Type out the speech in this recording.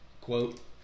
quote